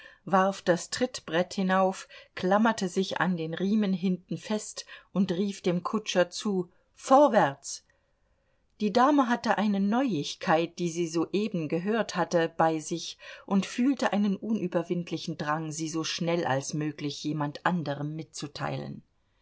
warf das trittbrett hinauf klammerte sich an den riemen hinten fest und rief dem kutscher zu vorwärts die dame hatte eine neuigkeit die sie soeben gehört hatte bei sich und fühlte einen unüberwindlichen drang sie so schnell als möglich jemand anderem mitzuteilen